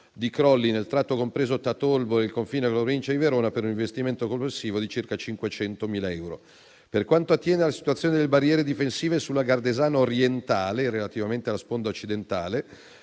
di crolli nel tratto compreso tra Torbole e il confine con la Provincia di Verona, per un investimento complessivo di circa 500.000 euro. Per quanto attiene alla situazione delle barriere difensive sulla Gardesana orientale, relativamente alla sponda occidentale,